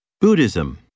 Buddhism